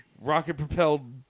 rocket-propelled